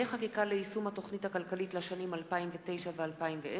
חקיקה ליישום התוכנית הכלכלית לשנים 2009 ו-2010),